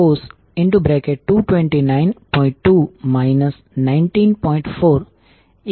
તેથી હવે આ ચોક્કસ કિસ્સામાં ડોટ્સ પહેલેથી જ મૂકવામાં આવ્યા છે